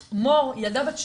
..., ילדה בת 12,